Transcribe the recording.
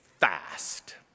fast